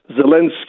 Zelensky